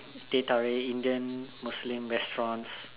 teh-tarik Indian Muslim restaurants